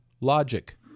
logic